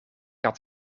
had